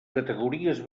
categories